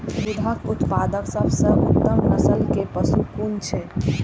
दुग्ध उत्पादक सबसे उत्तम नस्ल के पशु कुन छै?